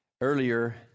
earlier